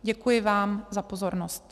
Děkuji vám za pozornost.